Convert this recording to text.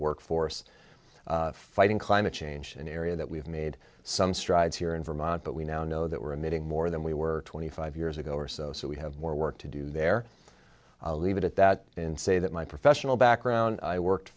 workforce fighting climate change an area that we've made some strides here in vermont but we now know that we're meeting more than we were twenty five years ago or so so we have more work to do there i'll leave it at that and say that my professional background i worked